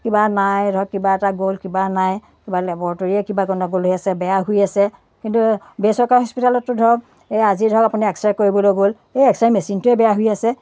কিবা নাই ধৰক কিবা এটা গ'ল কিবা নাই কিবা লেবৰটৰীয়ে কিবা গণ্ডগোল হৈ আছে বেয়া হৈ আছে কিন্তু বেচৰকাৰী হস্পিতেলততো ধৰক এয়া আজি ধৰক আপুনি এক্স ৰে কৰিবলৈ গ'ল এই এক্স ৰে মেচিনটোৱেই বেয়া হৈ আছে